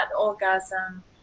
orgasm